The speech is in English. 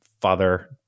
father